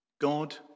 God